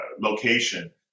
location